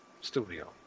studio